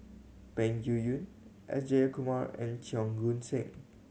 Peng Yuyun S Jayakumar and Cheong Koon Seng